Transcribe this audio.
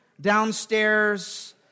downstairs